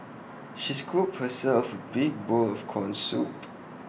she scooped herself A big bowl of Corn Soup